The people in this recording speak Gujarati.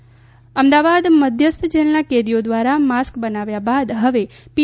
જેલના કેદીઓ અમદાવાદ મધ્યસ્થ જેલના કેદીઓ ધ્વારા માસ્ક બનાવ્યા બાદ હવે પી